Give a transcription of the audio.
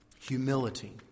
Humility